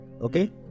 okay